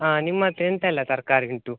ಹಾಂ ನಿಮ್ಮ ಹತ್ರ ಎಂಥೆಲ್ಲ ತರಕಾರಿ ಉಂಟು